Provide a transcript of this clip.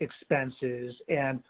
expenses and